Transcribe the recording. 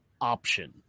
Option